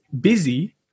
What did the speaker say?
busy